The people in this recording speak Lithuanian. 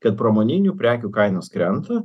kad pramoninių prekių kainos krenta